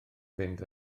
fynd